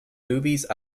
movies